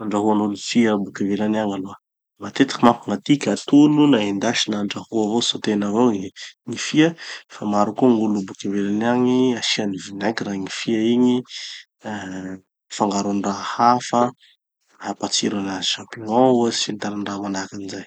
Fandrahoanao gny fia boka ivelany agny aloha. Matetiky manko gn'atiky atono, na endasy na andrahô avao sôtena avao gny fia. Fa maro koa gn'olo boka ivelany agny, asiany vinaigre gny fia igny, da afangarony raha hafa hampatsiro anazy. Champignon ohatsy afangarongaro anazy amizay.